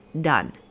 done